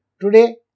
today